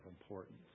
importance